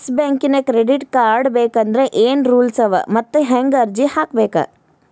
Yes ಬ್ಯಾಂಕಿನ್ credit card ಬೇಕಂದ್ರ ಏನ್ ರೂಲ್ಸವ ಮತ್ತ್ ಹೆಂಗ್ ಅರ್ಜಿ ಹಾಕ್ಬೇಕ?